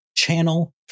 Channel